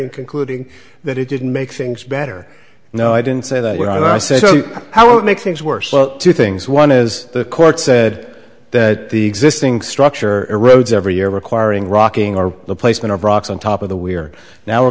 concluding that it didn't make things better no i didn't say that what i said how it makes things worse so two things one is the court said that the existing structure erodes every year requiring rocking or the placement of rocks on top of the we're now